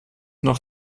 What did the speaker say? noch